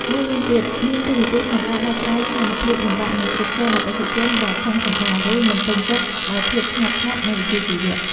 មួយវិញទៀត មាននាទីក្នុងការដោះស្រាយស្ថានភាពលំបាកនិងគ្រប់គ្រងអតិថិជនដែលខឹងសម្បារ ឬមិនពេញចិត្តដោយភាពស្ងប់ស្ងាត់ និងវិជ្ជាជីវៈ។